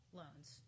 loans